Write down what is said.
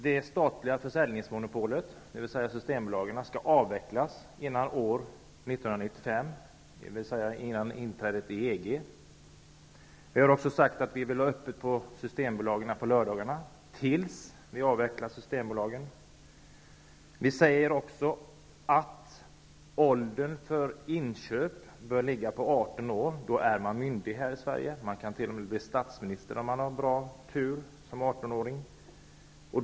Det statliga försäljningsmonopolet, Systembolaget, skall avvecklas före år 1995, dvs. före inträdet i EG. Vi vill ha öppet på Systembolaget på lördagarna tills vi avvecklar Systembolaget. Lägsta ålder för inköp skall vara 18 år. Vid 18 år är man myndig här i Sverige. Man kan t.o.m. bli statsminister det året om man har bra tur.